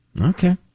Okay